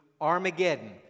Armageddon